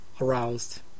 aroused